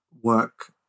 work